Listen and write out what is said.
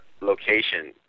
location